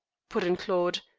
put in claude,